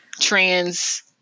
trans